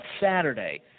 Saturday